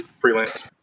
freelance